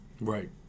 Right